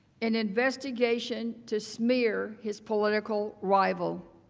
and investigation to smear his political rivals.